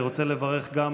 אני רוצה לברך גם